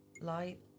Light